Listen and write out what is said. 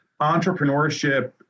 entrepreneurship